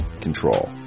control